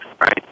right